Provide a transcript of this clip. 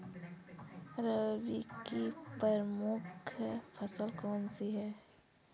रबी की प्रमुख फसल कौन सी है?